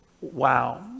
wow